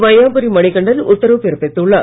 வையாபுரி மணிகண்டன் உத்தாவு பிறப்பித்துள்ளார்